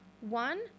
one